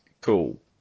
cool